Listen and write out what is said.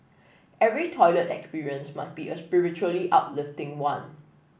every toilet experience must be a spiritually uplifting one